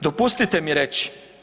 Dopustite mi reći.